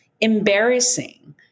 embarrassing